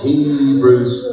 Hebrews